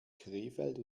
krefeld